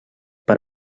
per